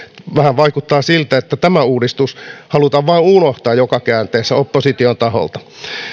vaikuttaa siltä että tämä uudistus halutaan vain unohtaa joka käänteessä opposition taholta